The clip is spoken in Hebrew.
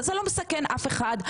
זה לא מסכן אף אחד,